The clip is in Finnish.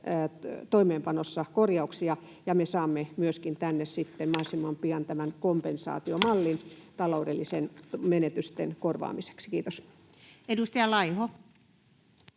toimeenpanossa korjauksia ja me saamme myöskin tänne sitten mahdollisimman pian tämän kompensaatiomallin taloudellisten menetysten korvaamiseksi. — Kiitos. [Speech